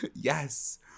Yes